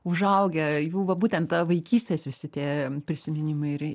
užaugę jų va būtent ta vaikystės visi tie prisiminimai ir